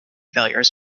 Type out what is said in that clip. failures